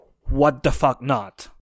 what-the-fuck-not